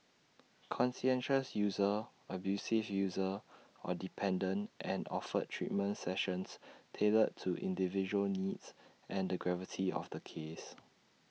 conscientious user abusive user or dependent and offered treatment sessions tailored to individual needs and the gravity of the case